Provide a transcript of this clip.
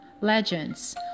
legends